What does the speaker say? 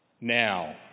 now